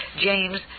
James